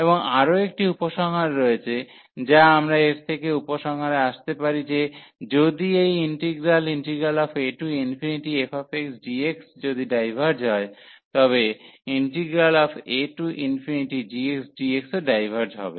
এবং আরও একটি উপসংহার রয়েছে যা আমরা এর থেকে উপসংহারে আসতে পারি যে যদি এই ইন্টিগ্রাল afxdx যদি ডাইভার্জ হয় তবে agxdx ও ডাইভার্জ হবে